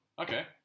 Okay